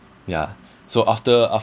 ya so after